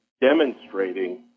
demonstrating